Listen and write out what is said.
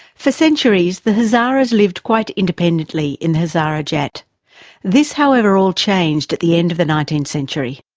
for centuries the hazaras lived quite independently in hazarajat. this, however, all changed at the end of the nineteenth century.